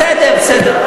בסדר,